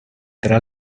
tra